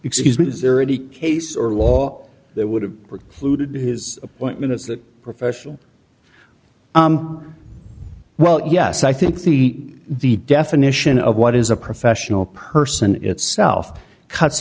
excuse me is there any case or law that would have fluted his appointments that professional well yes i think the the definition of what is a professional person itself cuts